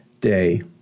day